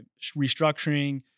restructuring